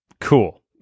Cool